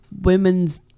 women's